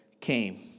came